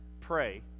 pray